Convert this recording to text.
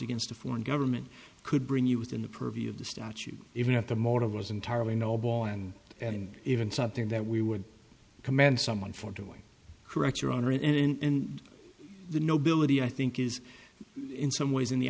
against a foreign government could bring you within the purview of the statute even if the motive was entirely noble and and even something that we would commend someone for doing correct your honor and the nobility i think is in some ways in the